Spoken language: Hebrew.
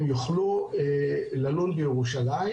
הם יוכלו ללון בירושלים,